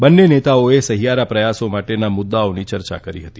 બંને નેતાઓએ સહિયારા પ્રથાસો માટેના મુદૃઓની ચર્ચા કરી હતી